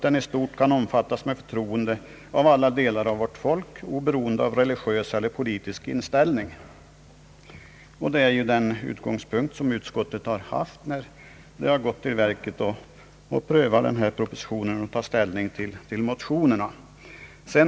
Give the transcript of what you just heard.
ändring i giftermålsbalken, m.m. kan omfattas med förtroende av alla delar av vårt folk, oberoende av religiös eller politisk inställning.» Det är denna utgångspunkt utskottet har haft när det har prövat propositionen och tagit ställning till motionerna.